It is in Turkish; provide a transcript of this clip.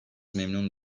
memnun